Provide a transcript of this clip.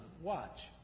watch